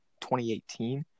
2018